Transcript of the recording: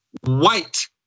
white